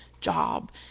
job